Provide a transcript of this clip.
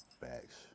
Facts